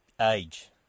Age